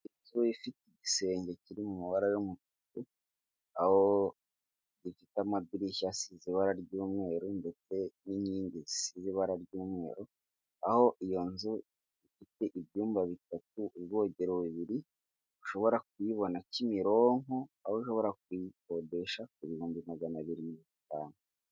Inzu ifite igisenge kiri mu mubara y'umutuku aho ifite amadirishya asize ibara ry'umweru ndetse n'inkingi y'ibara ry'umweru aho iyo nzu ifite ibyumba bitatu ubwogero bubiri ushobora kuyibona kimironko aho ushobora kuyikodesha ku bihumbi magana abiri mirongo itanu.